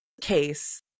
case